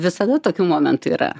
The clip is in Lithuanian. visada tokių momentų yra